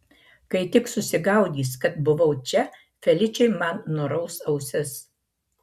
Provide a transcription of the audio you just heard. kai tik susigaudys kad buvau čia feličė man nuraus ausis